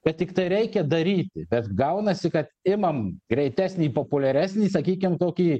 kad tik tai reikia daryti bet gaunasi kad imam greitesnį populiaresnį sakykim tokį